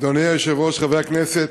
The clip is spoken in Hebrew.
אדוני היושב-ראש, חברי הכנסת,